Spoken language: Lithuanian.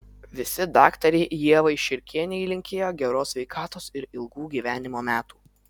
visi daktarei ievai širkienei linkėjo geros sveikatos ir ilgų gyvenimo metų